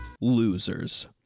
losers